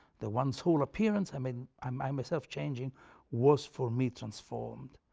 the one sole appearance, i mean um i myself changing was, for me, transformed.